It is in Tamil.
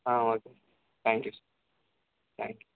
ah okay thank you sir thank you